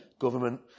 Government